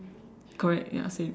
correct ya same